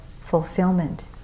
fulfillment